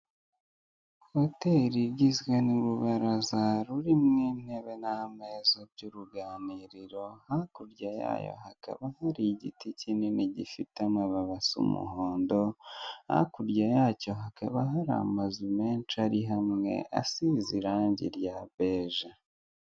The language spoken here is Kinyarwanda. Hoteri igizwe n'urubaraza rurimo intebe n'ameza by'uruganiriro hakurya yayo hakaba hari igiti kinini gifite amabara y'umuhondo hakurya yacyo hakaba hari amazu menshi ari hamwe asize irangi rya beje.